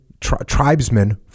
tribesmen